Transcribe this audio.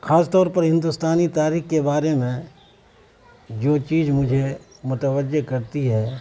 خاص طور پر ہندوستانی تاریخ کے بارے میں جو چیز مجھے متوجہ کرتی ہے